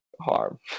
harm